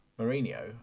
Mourinho